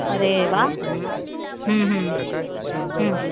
અરે વાહ હમમ હમમ હમમ